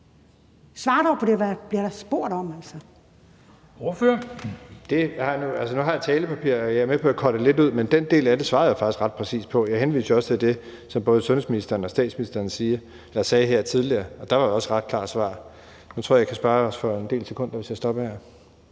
Kl. 14:07 Jeppe Bruus (S): Altså, nu har jeg et talepapir, og jeg er med på, at jeg cuttede lidt ud, men den del af det svarede jeg faktisk ret præcist på. Jeg henviste jo også til det, som både sundhedsministeren og statsministeren sagde her tidligere. Der var også ret klare svar. Og nu tror jeg, at jeg kan spare os for en del sekunder, hvis jeg stopper her.